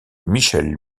michel